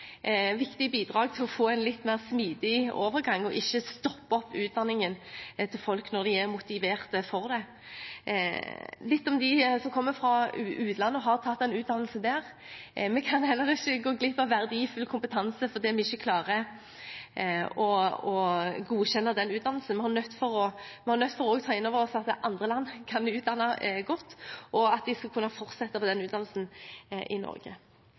viktig bidrag til å få en litt mer smidig overgang og ikke stoppe opp utdanningen til folk når de er motivert for det. Litt om dem som kommer fra utlandet og har tatt en utdannelse der: Vi kan heller ikke gå glipp av verdifull kompetanse fordi vi ikke klarer å godkjenne den utdannelsen; vi er nødt til å ta inn over oss at også andre land kan utdanne godt, og at disse skal kunne fortsette på den utdannelsen i Norge.